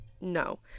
No